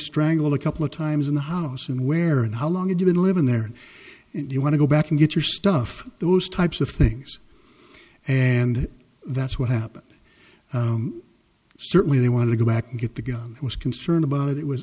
strangled a couple of times in the house and where and how long had you been living there and you want to go back and get your stuff those types of things and that's what happened certainly they want to go back and get the gun was concerned about it it was